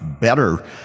better